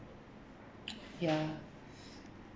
ya